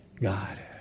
God